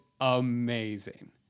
amazing